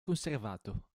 conservato